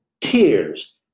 tears